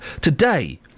Today